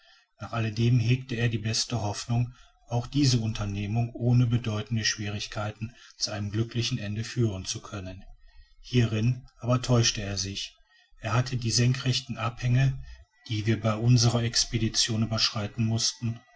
nach alledem hegte er die beste hoffnung auch diese unternehmung ohne bedeutende schwierigkeiten zu einem glücklichen ende führen zu können hierin aber täuschte er sich er hatte die senkrechten abhänge die wir bei unserer expedition überschreiten mußten